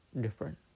different